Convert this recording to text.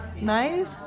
nice